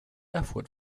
erfurt